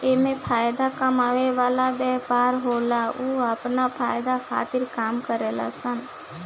एमे फायदा कमाए वाला व्यापारी होला उ आपन फायदा खातिर काम करेले सन